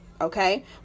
okay